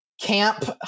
camp